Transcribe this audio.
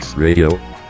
Radio